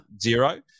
zero